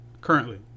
Currently